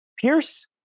Pierce